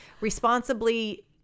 responsibly